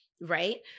Right